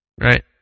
Right